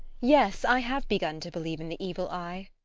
yes. i have begun to believe in the evil eye.